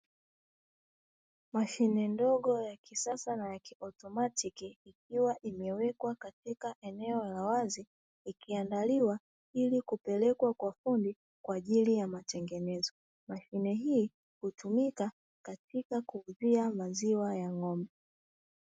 Mashine ndogo ya kisasa na ya kiotomatiki ikiwa imewekwa katika eneo la wazi, ikiandaliwa ili kupelekwa kwa fundi kwa ajili ya matengenezo, mashine hii hutumika katika kuuzia maziwa ya ng'ombe.